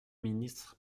ministre